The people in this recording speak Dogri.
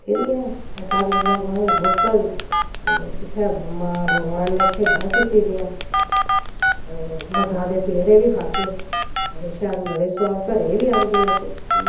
फिर वृंदावन गोकल जित्थें भगवान नै खेढां कीती दियां मथरा दे पेड़े बी खाद्धे बड़े शैल बड़े सोआद घरै ई बी आंदे असें चुक्कियै